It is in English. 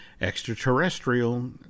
extraterrestrial